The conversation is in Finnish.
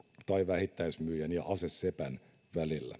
tai vähittäismyyjän ja asesepän välillä